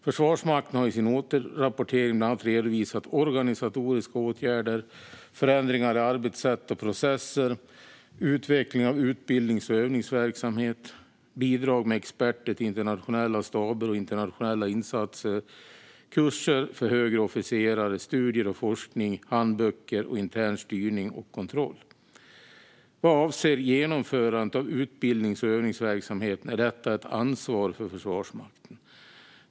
Försvarsmakten har i sin återrapportering bland annat redovisat organisatoriska åtgärder, förändringar i arbetssätt och processer, utveckling av utbildnings och övningsverksamhet, bidrag med experter till internationella staber och internationella insatser, kurser för högre officerare, studier och forskning, handböcker och intern styrning och kontroll. Vad avser genomförandet av utbildnings och övningsverksamhet är detta ett ansvar för Försvarsmakten.